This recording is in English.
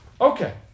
Okay